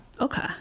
okay